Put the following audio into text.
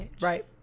right